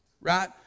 Right